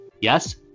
Yes